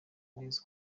neza